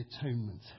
atonement